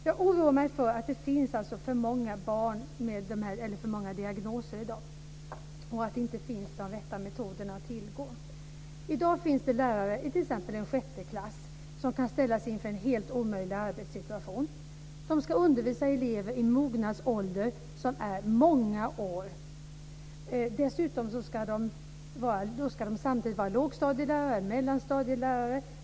Jag oroar mig för att dessa diagnoser ställs för ofta i dag och för att de rätta metoderna inte finns att tillgå. I dag kan lärare i t.ex. en sjätteklass ställas inför en helt omöjlig arbetssituation. De ska undervisa elever i olika mognadsålder och som är olika gamla. Då ska de samtidigt vara lågstadielärare och mellanstadielärare.